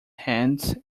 hands